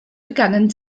begannen